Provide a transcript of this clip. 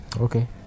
okay